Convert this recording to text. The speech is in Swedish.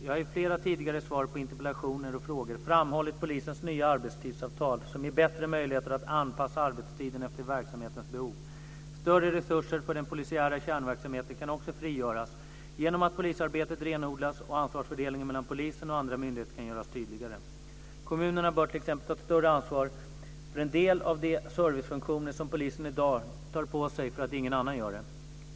Jag har i flera tidigare svar på interpellationer och frågor framhållit polisens nya arbetstidsavtal, som ger bättre möjligheter att anpassa arbetstiden efter verksamhetens behov. Större resurser för den polisiära kärnverksamheten kan också frigöras genom att polisarbetet renodlas och ansvarsfördelningen mellan polisen och andra myndigheter kan göras tydligare. Kommunerna bör t.ex. ta ett större ansvar för en del av de servicefunktioner som polisen i dag tar på sig för att ingen annan gör det.